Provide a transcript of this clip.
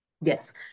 Yes